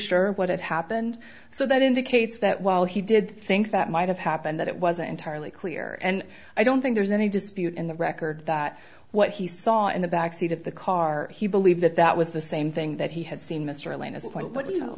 sure what had happened so that indicates that while he did think that might have happened that it wasn't entirely clear and i don't think there's any dispute in the record that what he saw in the backseat of the car he believed that that was the same thing that he had seen mr lane as a point but you know